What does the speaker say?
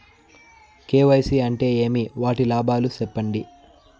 KYC అంటే ఏమి? వాటి లాభాలు సెప్పండి?